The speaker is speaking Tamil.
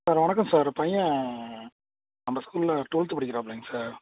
சார் வணக்கம் சார் பையன் நம்ம ஸ்கூலில் ட்வெல்த்து படிக்கிறாப்பிலைங்க சார்